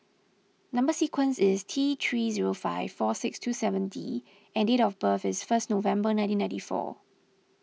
Number Sequence is T three zero five four six two seven D and date of birth is first November nineteen ninety four